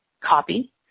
copy